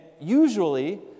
usually